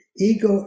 Ego